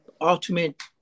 ultimate